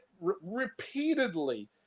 repeatedly